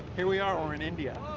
here we are. we're in india.